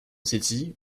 city